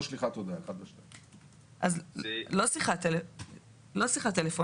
לא שיחת טלפון.